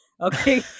Okay